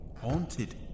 haunted